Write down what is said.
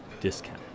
discount